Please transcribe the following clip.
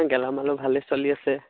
এই গেলামালো ভালে চলি আছে